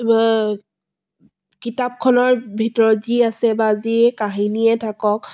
কিতাপখনৰ ভিতৰত যি আছে বা যিয়ে কাহিনীয়ে থাকক